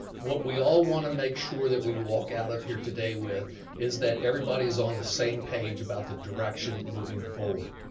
what we all wanna make sure that we walk out of here today with is that everybody is on the same page about the direction moving forward.